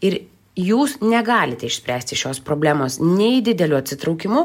ir jūs negalite išspręsti šios problemos nei dideliu atsitraukimu